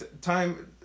time